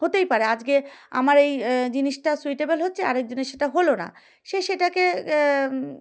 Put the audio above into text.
হতেই পারে আজকে আমার এই জিনিসটা সুইটেবেল হচ্ছে আরেকজনের সেটা হলো না সে সেটাকে